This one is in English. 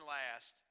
last